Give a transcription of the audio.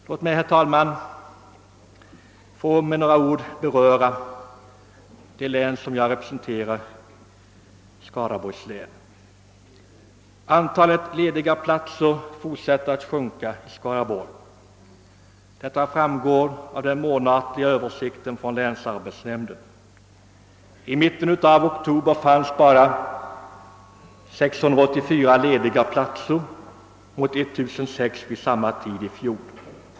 Låt mig, herr talman, säga några ord om det län som jag representerar, Skaraborgs län. Antalet lediga platser fortsätter att sjunka i Skaraborgs län. Detta framgår av den månatliga översikten från länsarbetsnämnden. I mitten av oktober fanns bara 684 lediga platser mot 1006 vid samma tid i fjol.